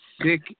sick